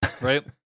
right